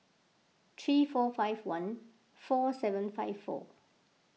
three four five one four seven five four